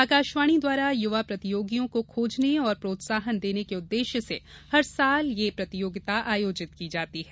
आकाशवाणी द्वारा युवा प्रतियोगियों को खोजने और प्रोत्साहन देने के उद्देश्य से हर साल से ये प्रतियोगिता आयोजित की जाती है